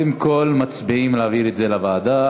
קודם כול מצביעים על העברה לוועדה,